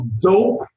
Dope